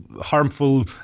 harmful